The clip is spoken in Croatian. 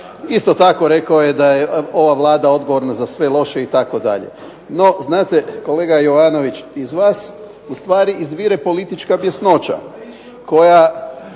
Isto tako rekao je da je ova Vlada odgovorna za sve loše itd. No, znate kolega Jovanović iz vas ustvari izvire politička bjesnoća koju